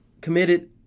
committed